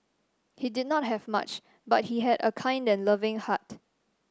he did not have much but he had a kind and loving heart